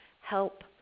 help